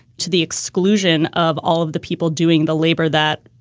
to the exclusion of all of the people doing the labor that,